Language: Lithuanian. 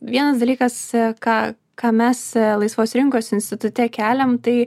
vienas dalykas ką ką mes laisvos rinkos institute keliam tai